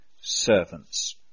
servants